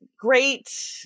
great